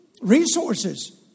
resources